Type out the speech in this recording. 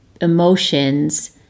emotions